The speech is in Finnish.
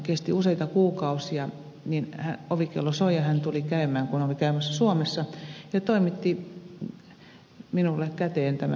kesti useita kuukausia kun ovikello soi ja hän tuli käymään kun oli käymässä suomessa ja toimitti minulle käteen tämän joulukortin